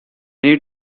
need